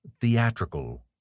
Theatrical